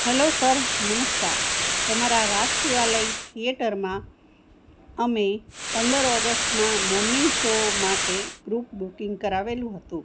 hello sir નમસ્કાર તમારા રાજ શિવાલય થિયેટરમાં અમે પંદર ઓગસ્ટના મોર્નિંગ શો માટે ગ્રુપ બુકિંગ કરાવેલું હતું